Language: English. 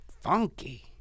funky